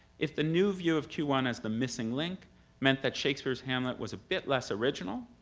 if the new view of q one as the missing link meant that shakespeare's hamlet was a bit less original,